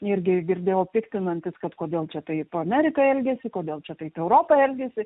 irgi girdėjau piktinantis kad kodėl čia taip amerika elgiasi kodėl čia taip europa elgiasi